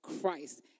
Christ